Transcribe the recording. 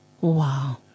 Wow